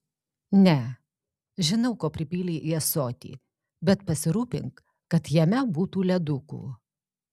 ne žinau ko pripylei į ąsotį bet pasirūpink kad jame būtų ledukų